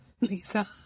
Lisa